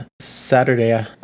Saturday